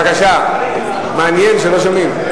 בבקשה, מעניין שלא שומעים.